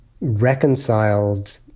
reconciled